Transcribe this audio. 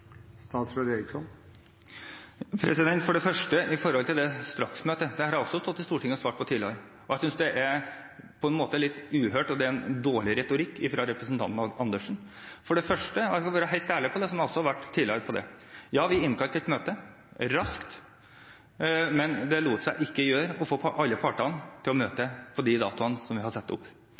For det første når det gjelder straksmøtet: Det har jeg også stått i Stortinget og svart på tidligere, og jeg synes det er litt uhørt og en dårlig retorikk fra representanten Andersen. Jeg skal være helt ærlig på det, som jeg også har vært tidligere: Ja, vi innkalte til et møte raskt, men det lot seg ikke gjøre å få alle partene til å møte på de datoene som vi hadde satt opp,